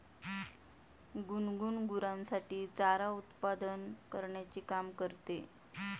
गुनगुन गुरांसाठी चारा उत्पादन करण्याचे काम करते